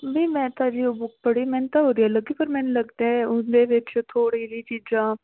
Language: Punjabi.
ਨਹੀਂ ਮੈਂ ਤਾਂ ਜੀ ਉਹ ਬੁੱਕ ਪੜ੍ਹੀ ਮੈਨੂੰ ਤਾਂ ਵਧੀਆ ਲੱਗੀ ਪਰ ਮੈਨੂੰ ਲੱਗਦਾ ਉਹਦੇ ਵਿੱਚ ਥੋੜ੍ਹੀ ਜਿਹੀ ਚੀਜ਼ਾਂ